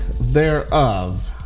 Thereof